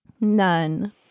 None